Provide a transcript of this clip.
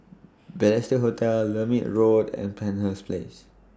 Balestier Hotel Lermit Road and Penshurst Place